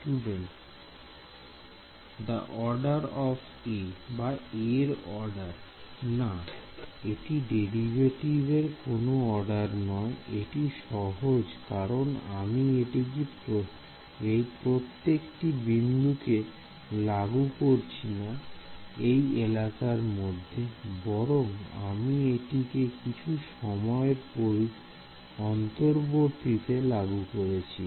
Student The order of a a এর order না এটি ডেরিভেটিভ এর কোন অর্ডার নয় এটি সহজ কারণ আমি এটিকে প্রত্যেকটি বিন্দুতে লাগু করছি না এই এলাকার মধ্যে বরং আমি এটিকে কিছু সময়ের অন্তর্বর্তীতে লাগু করছি